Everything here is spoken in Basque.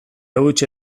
huts